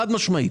חד-משמעית.